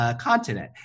continent